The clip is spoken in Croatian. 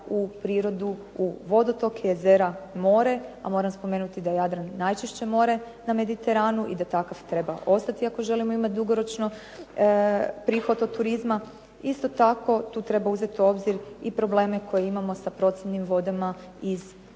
u prirodu, u vodotoke, jezera, more. A moram spomenuti da je Jadran najčišće more na Mediteranu i da takav i treba ostati ako želimo imati dugoročno prihod od turizma. Isto tako, tu treba uzeti u obzir i probleme koje imamo sa procjednim vodama iz